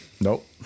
Nope